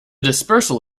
dispersal